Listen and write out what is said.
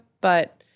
but-